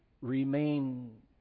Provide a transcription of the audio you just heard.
remain